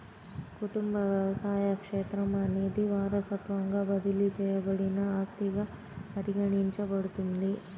కుటుంబ వ్యవసాయ క్షేత్రం అనేది వారసత్వంగా బదిలీ చేయబడిన ఆస్తిగా పరిగణించబడుతుంది